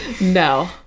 No